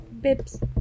bibs